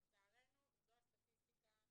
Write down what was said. לצערנו זו הסטטיסטיקה.